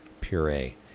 puree